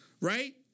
right